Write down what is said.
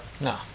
No